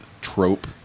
trope